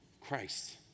Christ